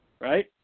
right